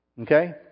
Okay